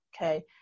okay